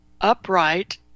upright